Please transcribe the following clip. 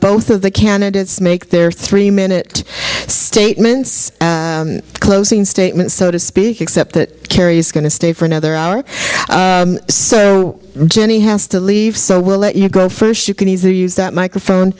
both of the candidates make their three minute statements and closing statements so to speak except that kerry is going to stay for another hour or so jenny has to leave so we'll let you go first you can either use that microphone